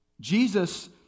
Jesus